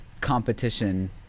competition